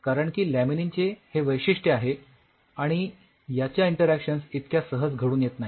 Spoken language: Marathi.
कारण की लॅमिनीनचे हे वैशिष्ठ्य आहे आणि याच्या इंटरॅक्शन्स इतक्या सहज घडून येत नाहीत